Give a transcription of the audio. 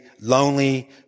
lonely